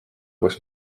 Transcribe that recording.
koos